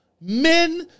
Men